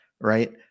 right